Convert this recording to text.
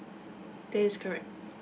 that is correct